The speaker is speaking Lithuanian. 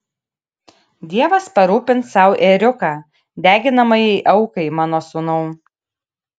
dievas parūpins sau ėriuką deginamajai aukai mano sūnau